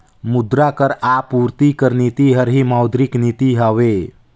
मुद्रा कर आपूरति कर नीति हर ही मौद्रिक नीति हवे